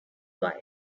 wife